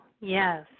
Yes